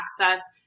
access